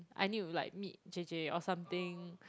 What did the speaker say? I need to like meet Jay Jay or something